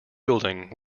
building